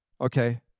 Okay